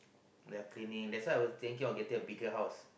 their cleaning that's why I was thinking of getting a bigger house